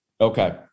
Okay